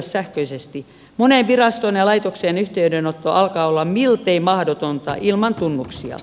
moneen virastoon ja laitokseen yhteydenotto alkaa olla miltei mahdotonta ilman tunnuksia